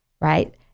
right